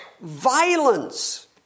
violence